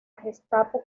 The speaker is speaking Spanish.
gestapo